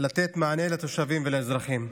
לתת מענה לתושבים ולאזרחים.